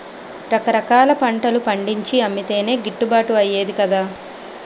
రకరకాల పంటలు పండించి అమ్మితేనే గిట్టుబాటు అయ్యేది కదా